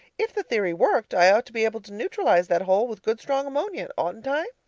if the theory worked, i ought to be able to neutralize that hole with good strong ammonia, oughtn't i?